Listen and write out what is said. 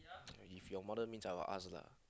if your mother means I will ask lah